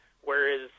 Whereas